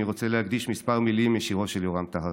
אני רוצה להקדיש כמה מילים משירו של יורם טהרלב: